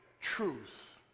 truth